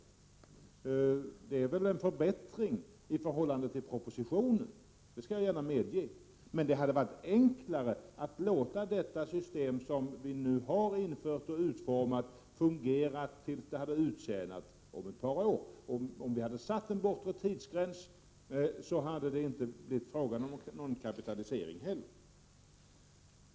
Det är väl en förbättring i förhållande till vad som föreslås i propositionen. Det skall jag gärna medge. Men det hade varit enklare att låta detta system som vi nu infört och utformat fungera tills 151 det hade tjänat ut om ett par år. Om vi hade satt en bortre tidsgräns, hade det inte heller blivit fråga om någon kapitalisering.